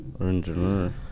Engineer